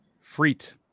Freet